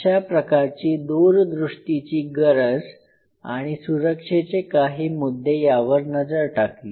अशाप्रकारची दूरदृष्टीची गरज आणि सुरक्षेचे काही मुद्दे यावर नजर टाकली